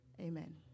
amen